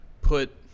put